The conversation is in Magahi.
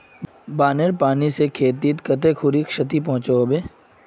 बानेर पानी से खेतीत कते खुरी क्षति पहुँचो होबे?